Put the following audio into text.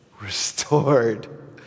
restored